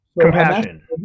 Compassion